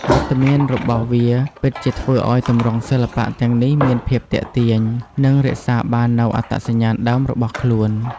វត្តមានរបស់វាពិតជាធ្វើឱ្យទម្រង់សិល្បៈទាំងនេះមានភាពទាក់ទាញ និងរក្សាបាននូវអត្តសញ្ញាណដើមរបស់ខ្លួន។